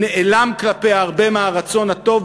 נעלם כלפיה הרבה מהרצון הטוב,